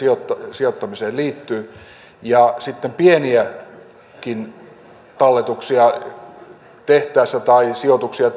sijoittamiseen liittyy ja sitten pieniäkin talletuksia tai sijoituksia